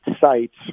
sites